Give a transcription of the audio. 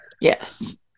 Yes